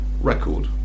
record